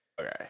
Okay